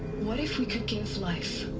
what if we could give life.